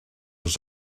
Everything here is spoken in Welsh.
oes